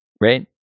right